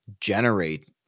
generate